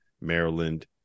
Maryland